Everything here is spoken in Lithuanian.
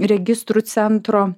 registrų centro